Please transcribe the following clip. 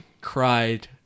cried